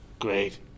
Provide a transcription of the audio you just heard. Great